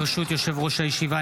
ברשות יושב-ראש הישיבה,